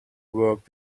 work